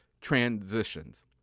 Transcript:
transitions